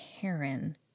Karen